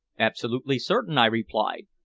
absolutely certain, i replied.